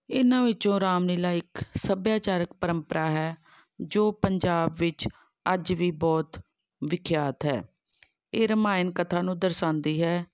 ਇਹਨਾਂ ਵਿੱਚੋਂ ਰਾਮਲੀਲਾ ਇੱਕ ਸੱਭਿਆਚਾਰਕ ਪ੍ਰੰਪਰਾ ਹੈ ਜੋ ਪੰਜਾਬ ਵਿੱਚ ਅੱਜ ਵੀ ਬਹੁਤ ਵਿਖਿਆਤ ਹੈ ਇਹ ਰਮਾਇਣ ਕਥਾ ਨੂੰ ਦਰਸਾਉਂਦੀ ਹੈ